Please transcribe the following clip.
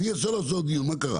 אפשר לעשות עוד דיון מה קרה?